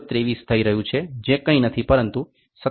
0023 થઈ રહ્યું છે જે કંઈ નથી પરંતુ 57